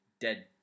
dead